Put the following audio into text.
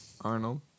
Arnold